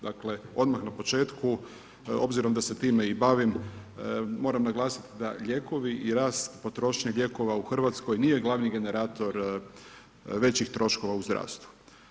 Dakle odmah na početku, obzirom da se time i bavim moram naglasiti da lijekovi i rast potrošnje lijekova u Hrvatskoj nije glavni generator većih troškova u zdravstvu.